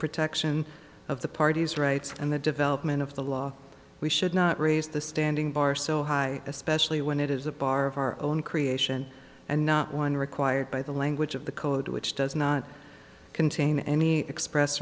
protection of the parties rights and the development of the law we should not raise the standing bar so high especially when it is a bar of our own creation and not one required by the language of the code which does not contain any express